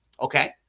Okay